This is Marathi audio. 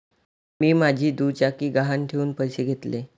मी माझी दुचाकी गहाण ठेवून पैसे घेतले